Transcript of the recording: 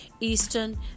eastern